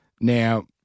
Now